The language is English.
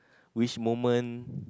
which moment